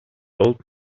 old